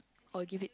or give it